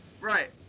Right